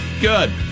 Good